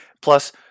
Plus